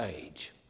age